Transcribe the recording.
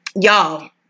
y'all